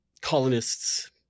colonists